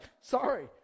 sorry